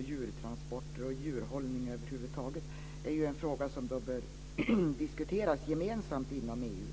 Djurtransporter och djurhållning över huvud taget är därför frågor som bör diskuteras gemensamt inom EU.